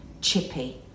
chippy